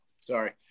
Sorry